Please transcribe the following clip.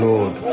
Lord